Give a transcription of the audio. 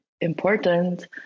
important